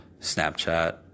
Snapchat